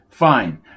Fine